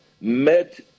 met